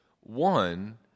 One